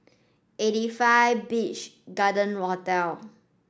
Eighty five Beach Garden Hotel